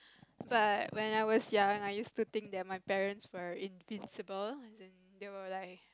but when I was young I used to think that my parents were invincible and they were like